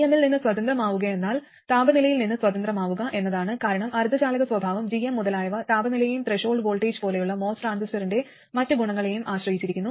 gm ൽ നിന്ന് സ്വതന്ത്രമാവുകയെന്നാൽ താപനിലയിൽ നിന്ന് സ്വാതന്ത്രമാവുക എന്നതാണ് കാരണം അർദ്ധചാലക സ്വഭാവം gm മുതലായവ താപനിലയെയും ത്രെഷോൾഡ് വോൾട്ടേജ് പോലെയുള്ള MOS ട്രാൻസിസ്റ്ററിന്റെ മറ്റ് ഗുണങ്ങളെയും ആശ്രയിച്ചിരിക്കുന്നു